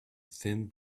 thin